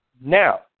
Now